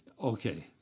Okay